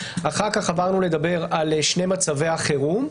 אחר כך עברנו לדבר על שני מצבי החירום,